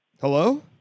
Hello